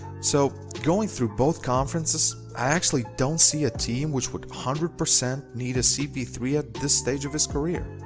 so, going through both conferences i actually don't see a team which would one hundred percent need a c p three at this stage of his career.